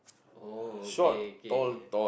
oh okay okay